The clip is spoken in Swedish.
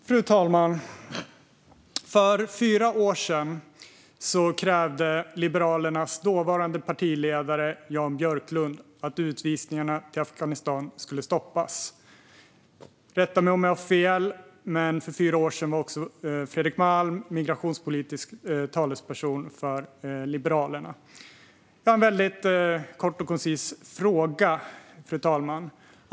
Fru talman! För fyra år sedan krävde Liberalernas dåvarande partiledare Jan Björklund att utvisningarna till Afghanistan skulle stoppas. För fyra år sedan var också Fredrik Malm migrationspolitisk talesperson för Liberalerna - rätta mig om jag har fel. Jag har en väldigt kort och koncis fråga, fru talman.